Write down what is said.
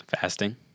fasting